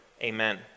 Amen